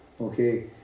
Okay